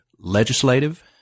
legislative